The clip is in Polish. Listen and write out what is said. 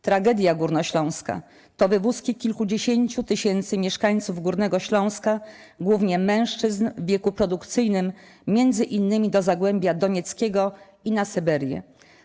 Tragedia Górnośląska to wywózki kilkudziesięciu tysięcy mieszkańców Górnego Śląska (głównie mężczyzn w wieku produkcyjnym) m.in. do Zagłębia Donieckiego i na Syberię.